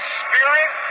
spirit